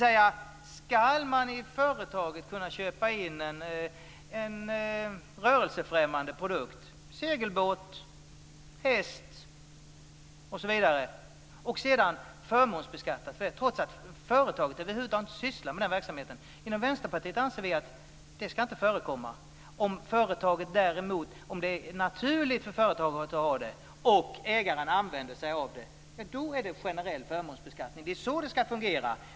Ska man alltså i företaget kunna köpa in en rörelsefrämmande produkt - segelbåt, häst osv. - och sedan förmånsbeskattas trots att företaget över huvud taget inte sysslar med sådan verksamhet? Vi i Vänsterpartiet anser att det inte ska förekomma. Om det däremot är naturligt för företaget att ha det och ägaren använder sig av det blir det en generell förmånsbeskattning. Så ska det fungera.